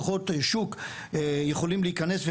האם כוחות שוק יכולים להיכנס?